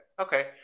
Okay